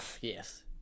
yes